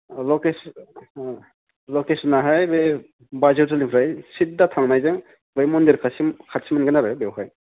अ लकेसन लकेसनाहाय बे बाजै हटेलनिफ्राय सिदा थांनायजों बै मन्दिरखासिम खाथि मोनगोन आरो बेयावहाय